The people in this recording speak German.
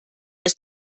ist